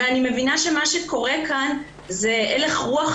ואני מבינה שמה שקורה כאן זה הלך רוח